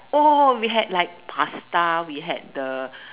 oh we had like pasta we had the